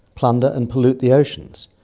plunder and pollute the oceans,